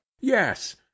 yes